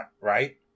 right